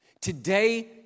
today